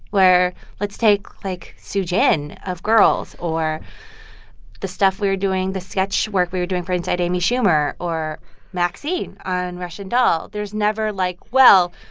where let's take, like, soojin of girls or the stuff we were doing the sketch work we were doing for inside amy schumer or maxine on russian doll. there's never like, well,